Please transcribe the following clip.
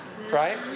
right